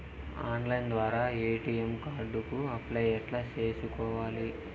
Online ద్వారా ATM card కు apply ఎట్లా సేసుకోవాలి?